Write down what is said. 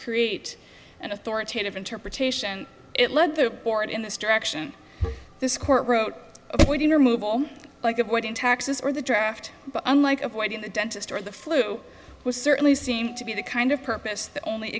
create an authoritative interpretation and it led the board in this direction this court wrote avoiding or move all like avoiding taxes or the draft but unlike avoiding the dentist or the flu was certainly seem to be the kind of purpose